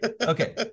Okay